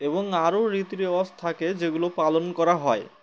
এবং আরও রীতি রেওয়াজ থাকে যেগুলো পালন করা হয়